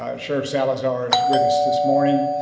um sure salazar's with us this morning.